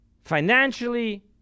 financially